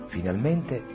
Finalmente